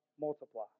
multiply